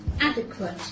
Adequate